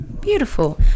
Beautiful